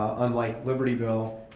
unlike libertyville,